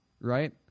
right